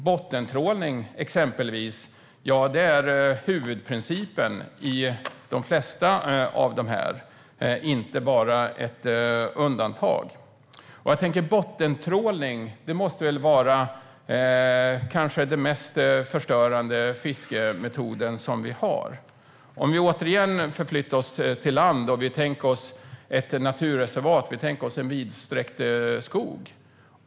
Bottentrålning är huvudprincipen och inte bara undantag. Bottentrålning är kanske den mest förstörande fiskemetoden. Vi förflyttar oss återigen till land och tänker oss ett naturreservat, en vidsträckt skog.